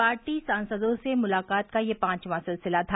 party सांसदों से मुलाकात का यह पांचवा सिलसिला था